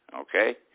okay